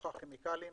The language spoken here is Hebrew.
בתוכה כימיקלים.